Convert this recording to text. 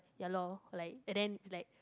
yalor like and then is like